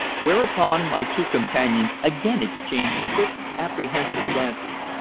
whereupon my two companions again exchanged quick, apprehensive glances.